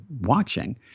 watching